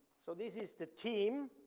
so this is the team.